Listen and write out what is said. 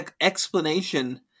explanation